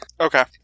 okay